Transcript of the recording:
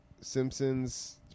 Simpsons